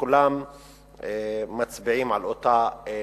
כולם מצביעים על אותה מגמה.